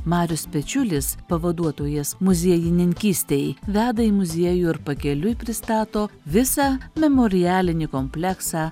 marius pečiulis pavaduotojas muziejininkystei veda į muziejų ir pakeliui pristato visą memorialinį kompleksą